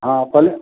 हाँ पहले